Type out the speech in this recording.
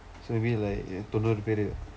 so maybe like தொண்ணூறு பேர்:thonnuuru peer